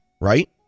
Right